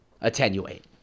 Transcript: attenuate